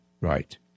right